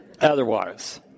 otherwise